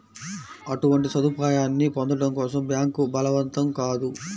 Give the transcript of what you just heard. అటువంటి సదుపాయాన్ని పొందడం కోసం బ్యాంక్ బలవంతం కాదు